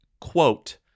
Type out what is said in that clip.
quote